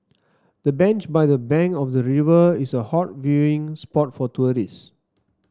the bench by the bank of the river is a hot viewing spot for tourists